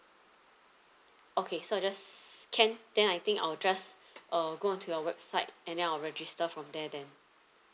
okay so I just can then I think I'll just uh go on to your website and then I'll register from there then